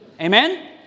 Amen